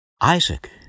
Isaac